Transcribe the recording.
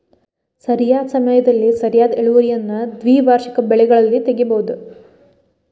ಸರಿಯಾದ ಸಮಯದಲ್ಲಿ ಸರಿಯಾದ ಇಳುವರಿಯನ್ನು ದ್ವೈವಾರ್ಷಿಕ ಬೆಳೆಗಳಲ್ಲಿ ತಗಿಬಹುದು